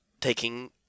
taking